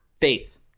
Faith